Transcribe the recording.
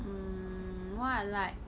mm what I like